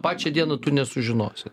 pačią dieną tu nesužinosi